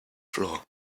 floor